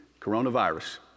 coronavirus